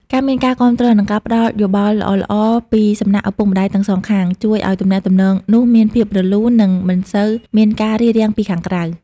ការមានការគាំទ្រ និងការផ្ដល់យោបល់ល្អៗពីសំណាក់ឪពុកម្ដាយទាំងសងខាង ជួយឱ្យទំនាក់ទំនងនោះមានភាពរលូន និងមិនសូវមានការរារាំងពីខាងក្រៅ។